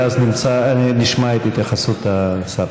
ואז נשמע את התייחסות השר.